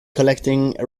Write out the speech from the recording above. collecting